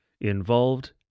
involved